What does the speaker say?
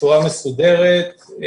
בצורה מסודרת.